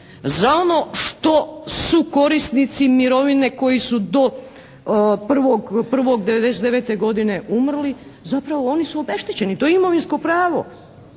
za ono što su korisnici mirovine koji su do 1.1.'99. godine umrli, zapravo oni su obeštećeni. To je imovinsko pravo.